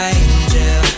angel